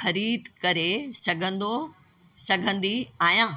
ख़रीद करे सघंदो सघंदी आहियां